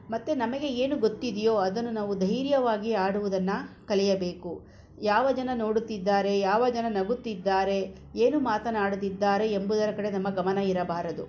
ಮತ್ತು ನಮಗೆ ಏನು ಗೊತ್ತಿದೆಯೋ ಅದನ್ನು ನಾವು ಧೈರ್ಯವಾಗಿ ಹಾಡುವುದನ್ನ ಕಲಿಯಬೇಕು ಯಾವ ಜನ ನೋಡುತ್ತಿದ್ದಾರೆ ಯಾವ ಜನ ನಗುತ್ತಿದ್ದಾರೆ ಏನು ಮಾತನಾಡುತ್ತಿದ್ದಾರೆ ಎಂಬುದರ ಕಡೆ ನಮ್ಮ ಗಮನ ಇರಬಾರದು